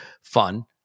fun